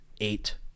eight